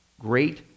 great